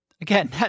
again